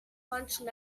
plunging